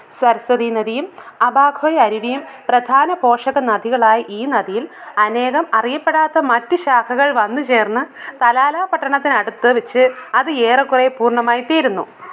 സരസ്വതീ നദിയും അബാഖോയ് അരുവിയും പ്രധാന പോഷകനദികളായി ഈ നദിയിൽ അനേകം അറിയപ്പെടാത്ത മറ്റു ശാഖകൾ വന്നുചേർന്ന് തലാലാ പട്ടണത്തിനടുത്തു വെച്ച് അത് ഏറെക്കുറെ പൂർണ്ണമായിത്തീരുന്നു